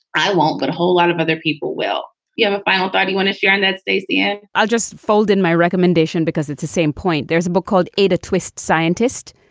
i won't get but a whole lot of other people. will you have a final thought, even if you're in that staceyann? i'll just fold in my recommendation because it's the same point. there's a book called ada twist scientist.